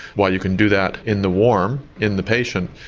while you can do that in the warm, in the patient,